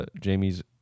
Jamie's